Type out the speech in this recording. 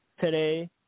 today